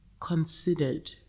considered